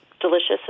delicious